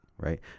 right